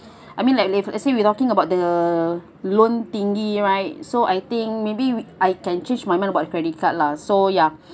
I mean like let let's say we talking about the loan thingy right so I think maybe I can change my mind about credit card lah so ya